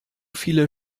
viele